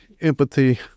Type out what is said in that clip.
empathy